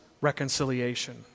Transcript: reconciliation